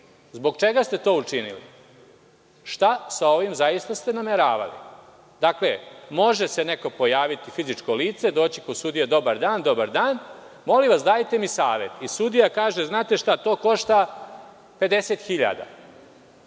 čega ste to učinili? Šta ste sa ovim zaista nameravali? Dakle, može se neko pojaviti, fizičko lice, dođi kod sudije – dobar dan, molim vas dajte mi savet. Sudija kaže – znate šta to košta 50.000.